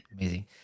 Amazing